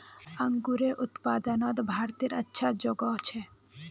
अन्गूरेर उत्पादनोत भारतेर अच्छा जोगोह छे